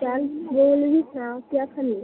केह् आक्खा नी